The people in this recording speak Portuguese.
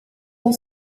com